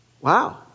Wow